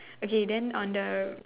okay then on the